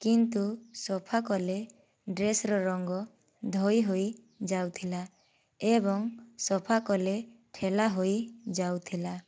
କିନ୍ତୁ ସଫା କଲେ ଡ୍ରେସ୍ର ରଙ୍ଗ ଧୋଇ ହୋଇଯାଉଥିଲା ଏବଂ ସଫା କଲେ ଠେଲା ହୋଇଯାଉଥିଲା